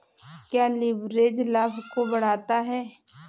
क्या लिवरेज लाभ को बढ़ाता है?